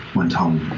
went home,